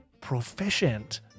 proficient